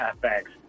thanks